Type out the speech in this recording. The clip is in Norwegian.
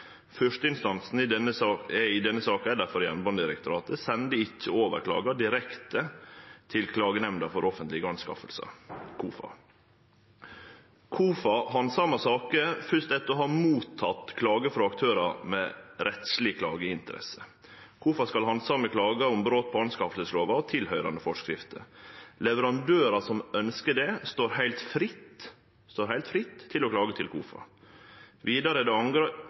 i denne saka er Jernbanedirektoratet, og ein sende difor ikkje over klagen direkte til Klagenemnda for offentlige anskaffelser, KOFA. KOFA handsamar saker først etter å ha teke imot klagar frå aktørar med rettsleg klageinteresse. KOFA skal handsame klagar om brot på anskaffingslova og tilhøyrande forskrifter. Leverandørar som ønskjer det, står heilt fritt – står heilt fritt – til å klage til KOFA. Vidare er det